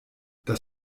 das